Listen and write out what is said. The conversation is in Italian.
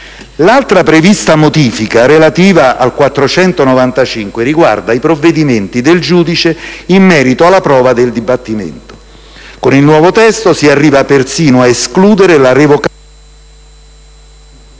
L'altra prevista modifica relativa all'articolo 495 riguarda i provvedimenti del giudice in merito alla prova del dibattimento. Con il nuovo testo si arriva perfino a escludere la revocabilità delle